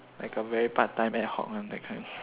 like a very part time ad hoc lah that kind